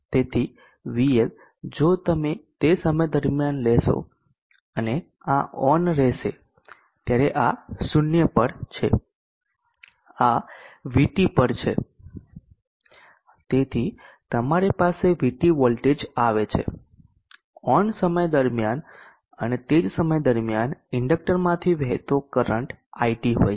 તેથી VL જો તમે તે સમય દરમ્યાન લેશો અને આ ઓન રેહશે ત્યારે આ 0 પર છે આ VT પર છે તેથી તમારી પાસે VT વોલ્ટેજ આવે છે ઓન સમય દરમિયાન અને તે જ સમય દરમિયાન ઇન્ડેક્ટરમાંથી વહેતો કરંટ IT હોય છે